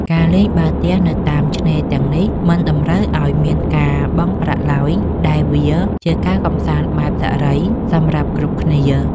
ការលេងបាល់ទះនៅតាមឆ្នេរទាំងនេះមិនតម្រូវឱ្យមានការបង់ប្រាក់ឡើយ ដែលវាជាការកម្សាន្តបែបសេរីសម្រាប់គ្រប់គ្នា។